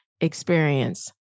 experience